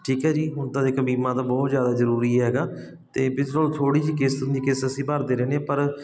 ਠੀਕ ਹੈ ਜੀ ਹੁਣ ਤਾਂ ਦੇਖੋ ਬੀਮਾ ਤਾਂ ਬਹੁਤ ਜ਼ਿਆਦਾ ਜ਼ਰੂਰੀ ਹੈਗਾ ਅਤੇ ਵਿਜੂਅਲ ਥੋੜ੍ਹੀ ਜਿਹੀ ਕਿਸ਼ਤ ਹੁੰਦੀ ਕਿਸ਼ਤ ਅਸੀਂ ਭਰਦੇ ਰਹਿੰਦੇ ਹਾਂ ਪਰ